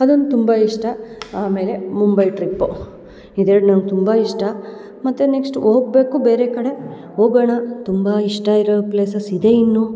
ಅದೊಂದು ತುಂಬ ಇಷ್ಟ ಆಮೇಲೆ ಮುಂಬೈ ಟ್ರಿಪ್ ಇದೆರಡು ನಂಗೆ ತುಂಬ ಇಷ್ಟ ಮತ್ತು ನೆಕ್ಸ್ಟ್ ಹೋಗ್ಬೇಕು ಬೇರೆ ಕಡೆ ಹೋಗೋಣ ತುಂಬ ಇಷ್ಟ ಇರೋ ಪ್ಲೇಸಸ್ ಇದೆ ಇನ್ನು